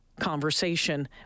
conversation